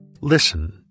Listen